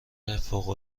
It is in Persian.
فوق